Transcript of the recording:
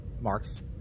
Marks